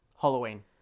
Halloween